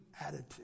attitude